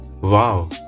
Wow